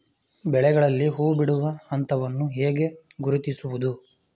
ಬೆಳೆಗಳಲ್ಲಿ ಹೂಬಿಡುವ ಹಂತವನ್ನು ಹೇಗೆ ಗುರುತಿಸುವುದು?